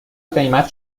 قیمت